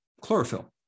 chlorophyll